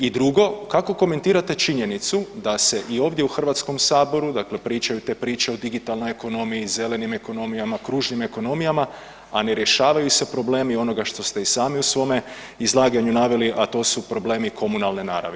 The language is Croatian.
I drugo, kako komentirate činjenicu da se i ovdje u HS dakle pričaju te priče o digitalnoj ekonomiji, zelenim ekonomijama, kružnim ekonomijama, a ne rješavaju se problemi onoga što ste i sami u svome izlaganju naveli, a to su problemi komunalne naravi?